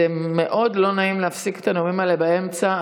זה מאוד לא נעים להפסיק את הנאומים האלה באמצע,